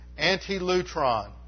Antilutron